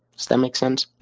does that make sense?